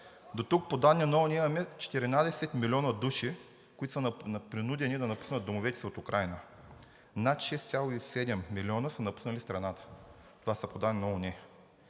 Дотук по данни на ООН имаме 14 милиона души, които са принудени да напуснат домовете си от Украйна. Над 6,7 милиона са напуснали страната. Това са по данни на ООН.